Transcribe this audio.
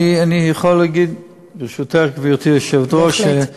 אני יכול להגיד, ברשותך, גברתי היושבת-ראש, בהחלט.